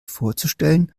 vorzustellen